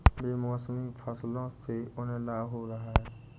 बेमौसमी फसलों से उन्हें लाभ हो रहा है